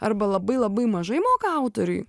arba labai labai mažai moka autoriui